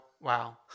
wow